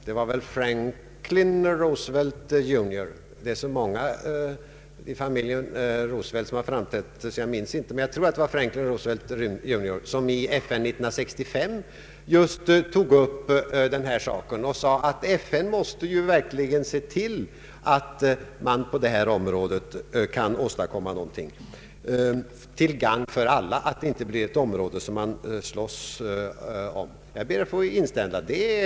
Det är så många i familjen Roosevelt som har framträtt, så jag minns inte säkert vem som tog upp denna fråga i FN 1965, men jag tror att det var Franklin Roosevelt junior som sade, att FN verkligen måste se till att man på detta område kan åstadkomma någonting till gagn för alla, så att detta inte blir ett område man slåss om. Jag instämde då och instämmer nu i detta uttalande.